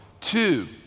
Two